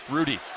Rudy